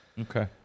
Okay